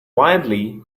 wildly